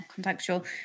Contextual